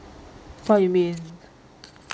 what you mean